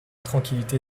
tranquillité